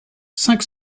cinq